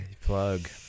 Plug